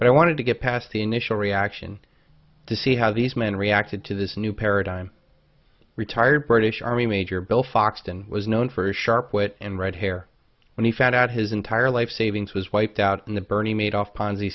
but i wanted to get past the initial reaction to see how these men reacted to this new paradigm retired british army major bill foxton was known for his sharp wit and red hair when he found out his entire life savings was wiped out in the bernie madoff ponzi